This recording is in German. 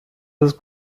des